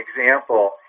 example